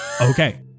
Okay